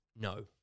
no